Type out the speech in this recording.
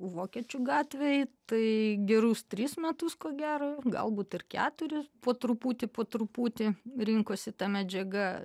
vokiečių gatvėj tai gerus tris metus ko gero galbūt ir keturis po truputį po truputį rinkosi ta medžiaga